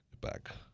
Back